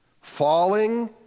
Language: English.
Falling